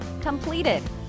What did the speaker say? Completed